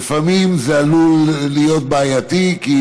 אבל לפעמים זה עלול להיות בעייתי, כי